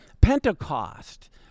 Pentecost